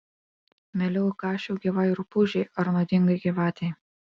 mieliau įkąsčiau gyvai rupūžei ar nuodingai gyvatei